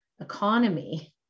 economy